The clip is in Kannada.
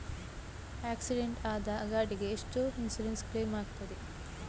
ಆಕ್ಸಿಡೆಂಟ್ ಆದ ಗಾಡಿಗೆ ಎಷ್ಟು ಇನ್ಸೂರೆನ್ಸ್ ಕ್ಲೇಮ್ ಆಗ್ತದೆ?